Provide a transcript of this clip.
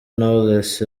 knowless